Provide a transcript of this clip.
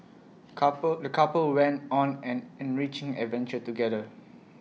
couple the couple went on an enriching adventure together